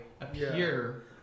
appear